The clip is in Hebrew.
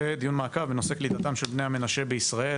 מעקב בנושא קליטתם של בני המנשה בישראל,